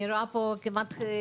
תודה רבה.